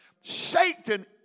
Satan